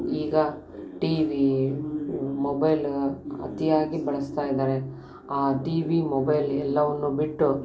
ಈಗ T V mobile ಅತಿಯಾಗಿ ಬಳಸ್ತಾಯಿದ್ದಾರೆ ಆ ಟಿ ವಿ ಮೊಬೈಲ್ ಎಲ್ಲವನ್ನೂ ಬಿಟ್ಟು